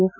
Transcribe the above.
F